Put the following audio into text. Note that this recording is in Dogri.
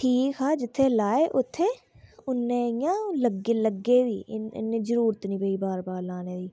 कि ऐहीा जित्थें लाओ उत्थें इन्ने इंया लग्गे बी जरूरत निं कोई बाह्नेर लानै दा ई